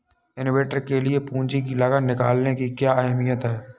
Investor के लिए पूंजी की लागत निकालने की क्या अहमियत है?